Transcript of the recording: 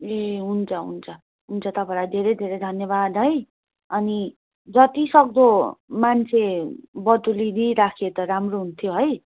ए हुन्छ हुन्छ हुन्छ तपाईँलाई धेरै धेरै धन्यवाद है अनि जति सक्दो मान्छे बटुली दिइराखे त राम्रो हुन्थ्यो है